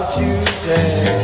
today